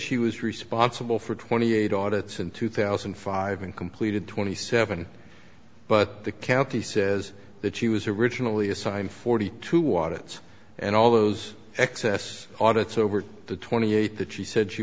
she was responsible for twenty eight audit in two thousand and five and completed twenty seven but the county says that she was originally assigned forty two wat it and all those excess audits over the twenty eight that she said she